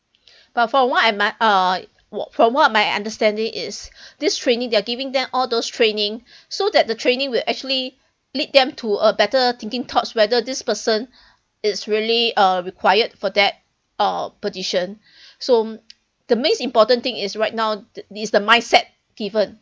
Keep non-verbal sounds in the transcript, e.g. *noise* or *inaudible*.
*breath* but for what I my uh what from what my understanding is *breath* this training they're giving them all those training so that the training will actually lead them to a better thinking thoughts whether this person is really uh required for that uh position *breath* so the most important thing is right now is the mindset given